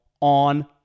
on